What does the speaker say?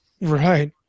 Right